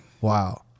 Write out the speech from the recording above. Wow